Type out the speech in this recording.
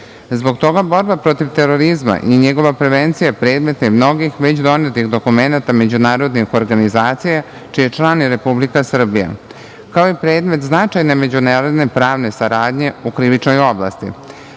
Zbog toga borba protiv terorizma i njegova prevencija predmet je mnogih već donetih dokumenata međunarodnih organizacija čiji je član i Republika Srbija, kao i predmet značajne međunarodne pravne saradnje u krivičnoj